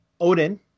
Odin